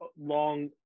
long